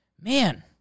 Man